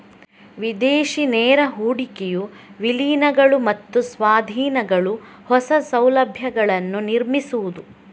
ವಿದೇಶಿ ನೇರ ಹೂಡಿಕೆಯು ವಿಲೀನಗಳು ಮತ್ತು ಸ್ವಾಧೀನಗಳು, ಹೊಸ ಸೌಲಭ್ಯಗಳನ್ನು ನಿರ್ಮಿಸುವುದು